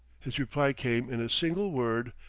his reply came in a single word,